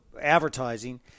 advertising